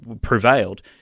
prevailed